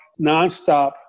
nonstop